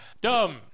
Dumb